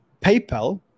PayPal